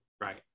Right